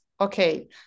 Okay